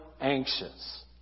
anxious